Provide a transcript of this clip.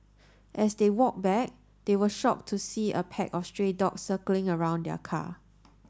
as they walked back they were shocked to see a pack of stray dogs circling around their car